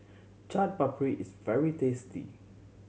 Chaat Papri is very tasty